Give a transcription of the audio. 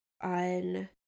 on